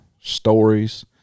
stories